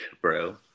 bro